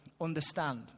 understand